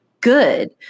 Good